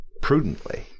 Prudently